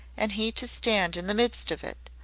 and he to stand in the midst of it,